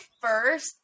first